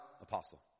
apostle